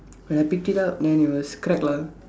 when I picked it up then it was cracked lah